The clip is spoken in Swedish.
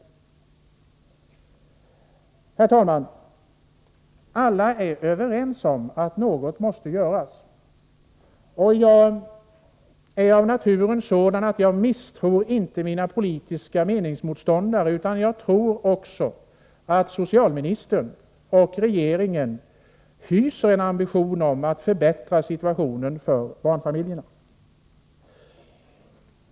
Herr talman! Alla är överens om att något måste göras. Av naturen är jag sådan att jag inte misstror mina politiska meningsmotståndare. Jag tror således att socialministern och regeringen i övrigt har ambitionen att förbättra situationen för barnfamiljerna.